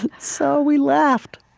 and so we laughed,